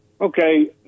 okay